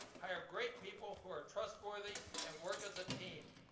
hire great people who are trustworthy, and work as a team.